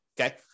Okay